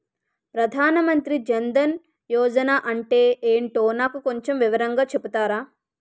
ప్రధాన్ మంత్రి జన్ దన్ యోజన అంటే ఏంటో నాకు కొంచెం వివరంగా చెపుతారా?